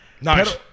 Nice